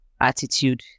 attitude